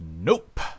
Nope